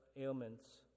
ailments